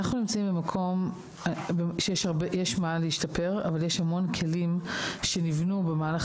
אנחנו נמצאים במקום שיש מה להשתפר אבל יש המון כלים שנבנו במהלך